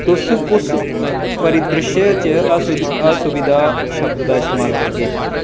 तुस कुस परिदृश्य च असु असुविधा शब्द दा इस्तमाल करगे